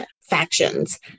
factions